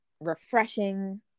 refreshing